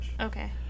Okay